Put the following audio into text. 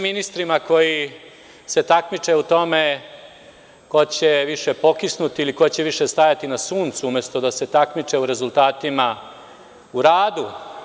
sa sve ministrima koji se takmiče u tome ko će više pokisnuti ili ko će više stajati na suncu, umesto da se takmiče u rezultatima u radu.